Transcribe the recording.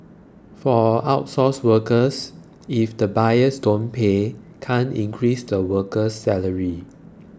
for outsourced workers if the buyers don't pay can't increase the worker's salary